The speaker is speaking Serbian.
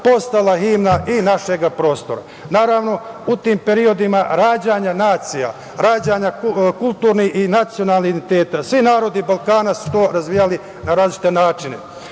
postala himna i našeg prostora. Naravno, u tim periodima rađanja nacija, rađanja kulturnih i nacionalnih identiteta, svi narodi Balkana su to razvijali na različite načine.